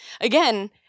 again